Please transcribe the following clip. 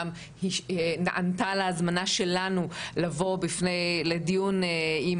גם נענתה להזמנה שלנו לבוא לדיון עם